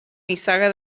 nissaga